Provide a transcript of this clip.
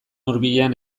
hurbilean